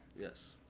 yes